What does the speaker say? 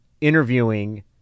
interviewing